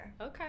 Okay